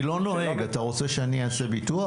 אתה רוצה שאעשה ביטוח?